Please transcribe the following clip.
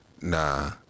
Nah